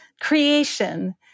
creation